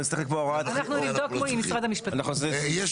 אנחנו נצטרך לקבוע הוראה.